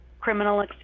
criminal